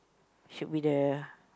should be the